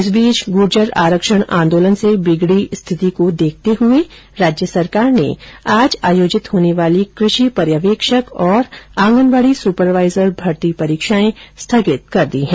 इस बीच गुर्जर आरक्षण आंदोलन से बिगड़ी स्थिति को देखते हए राज्य सरकार ने आज आयोजित होने वाली कृषि पर्यवेक्षक और आंगनबाड़ी सुपरवाइजर भर्ती परीक्षायें स्थगित कर दी हैं